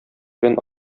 белән